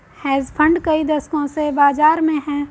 hedge fund कई दशकों से बाज़ार में हैं